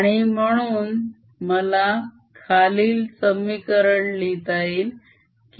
आणि म्हणून मला खालील समीकरणे लिहिता येतील